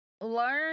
learn